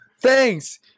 thanks